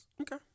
Okay